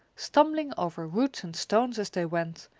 stumbling over roots and stones as they went,